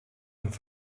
und